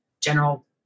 general